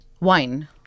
wine